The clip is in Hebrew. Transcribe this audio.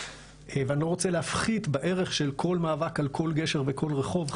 ואני לא רוצה להפחית בערך של כל מאבק על כל גשר וכל רחוב,